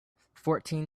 fourteen